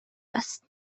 است